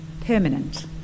permanent